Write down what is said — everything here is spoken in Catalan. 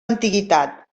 antiguitat